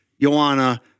Joanna